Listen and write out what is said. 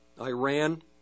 Iran